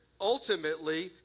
ultimately